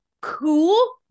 cool